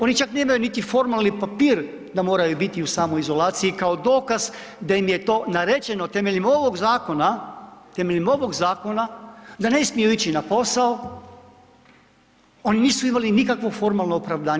Oni čak nemaju niti formalni papir da moraju biti u samoizolaciji kao dokaz da im je to naređeno temeljem ovog zakona, temeljem ovog zakona da ne smiju ići na posao, oni nisu imali nikakvo formalno opravdanje.